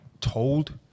told